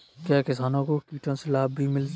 क्या किसानों को कीटों से लाभ भी मिलता है बताएँ?